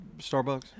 Starbucks